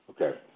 Okay